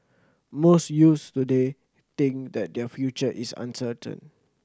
most youths today think that their future is uncertain